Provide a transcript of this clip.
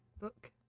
book